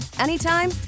anytime